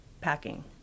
packing